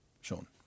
Sean